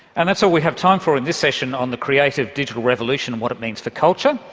and that's all we have time for in this session on the creative, digital revolution and what it means for culture.